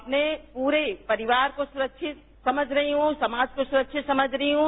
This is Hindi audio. अपने पूरे परिवार को सुरक्षित समझ रही हूं समाज को सुरक्षित समझ रही हूं